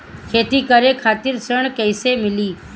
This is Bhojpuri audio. खेती करे खातिर ऋण कइसे मिली?